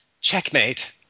checkmate